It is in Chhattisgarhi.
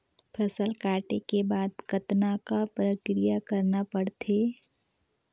फसल काटे के बाद कतना क प्रक्रिया करना पड़थे?